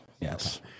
yes